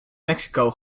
mexico